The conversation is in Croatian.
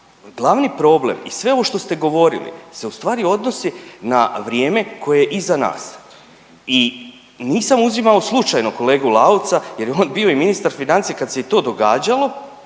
glavni problem i sve ovo što ste govorili se ustvari odnosi na vrijeme koje je iza nas. I nisam uzimao slučajno kolegu Lalovca jer je on bio i ministar financija kad se i to događalo